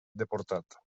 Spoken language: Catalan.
deportat